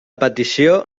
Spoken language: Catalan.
petició